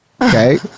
Okay